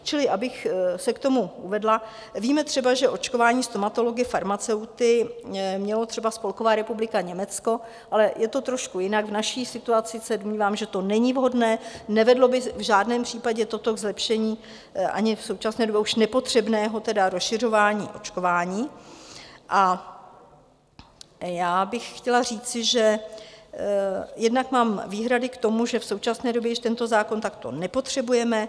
Čili bych se k tomu uvedla: víme třeba, že očkování stomatology, farmaceuty měla třeba Spolková republika Německo, ale je to trošku jinak, v naší situaci se domnívám, že to není vhodné, nevedlo by v žádném případě toto ke zlepšení ani v současné době už nepotřebného, tedy rozšiřování očkování, a já bych chtěla říci, že jednak mám výhrady k tomu, že v současné době již tento zákon takto nepotřebujeme.